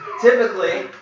typically